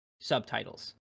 subtitles